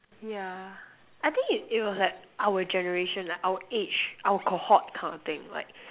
yeah I think it it was like our generation like our age our cohort kind of thing like